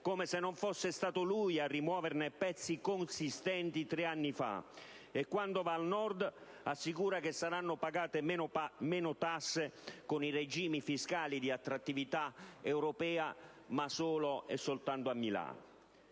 come se non fosse stato lui stesso a rimuoverne pezzi consistenti tre anni fa - e, quando va al Nord, ad assicurare che saranno pagate meno tasse, con i regimi fiscali di attrattività europea, ma solo e soltanto a Milano.